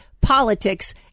politics